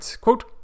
Quote